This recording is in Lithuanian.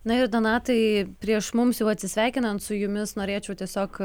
na ir donatai prieš mums jau atsisveikinant su jumis norėčiau tiesiog